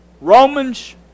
Romans